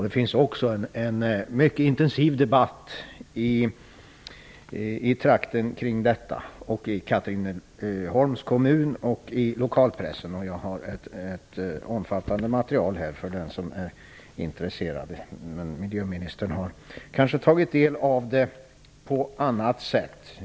Det förs också i den berörda trakten, både inom Katrineholms kommun och i lokalpressen, en mycket intensiv debatt i frågan. Jag har här i kammaren med mig en omfattande material för den som intresserad -- men miljöministern har kanske tagit del av informationen på annat sätt?